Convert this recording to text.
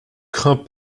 crains